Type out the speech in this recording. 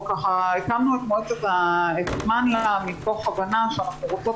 הקמנו את המועצה מתוך הבנה שאנחנו רוצות